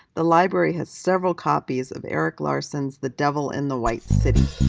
the library has several copies of erik larson's the devil in the white city.